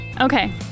Okay